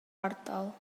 ardal